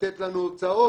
לתת לנו הוצאות